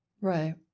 Right